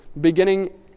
beginning